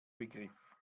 begriff